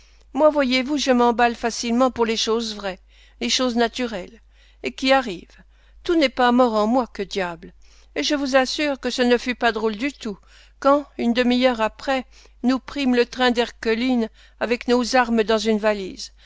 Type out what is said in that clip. moi voyez-vous je m'emballe facilement pour les choses vraies les choses naturelles et qui arrivent tout n'est pas mort en moi que diable et je vous assure que ce ne fut pas drôle du tout quand une demi-heure après nous prîmes le train d'erquelines avec nos armes dans une valise